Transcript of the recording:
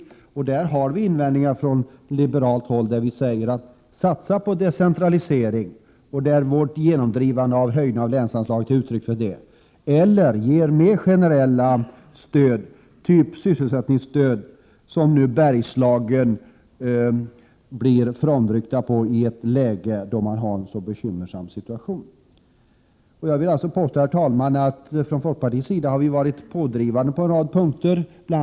På den punkten har vi invändningar från liberalt håll. Vi säger: Satsa på decentralisering — vårt genomdrivande av en höjning av länsanslagen är uttryck för det — eller ge mer generella stöd, typ sysselsättningsstöd, som man nu frånrycker Bergslagen i ett läge då situationen där är så bekymmersam. Jag vill alltså, herr talman, påstå att vi från folkpartiets sida har varit pådrivande på en rad punkter. Bl.